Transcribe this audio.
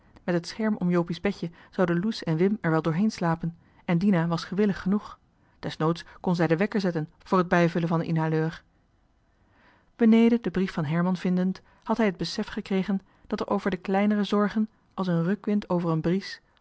met het schema om jopie's bedje zouden loes en wim er wel doorheen slapen en dina was gewillig genoeg desnoods kon zij den wekker zetten om wakker te worden voor het bijvullen van den inhaleur beneden den brief van herman vindend had hij het besef gekregen dat er over de kleinere zorgen als een rukwind over een bries